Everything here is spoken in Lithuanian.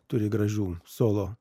turi gražių solo